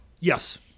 Yes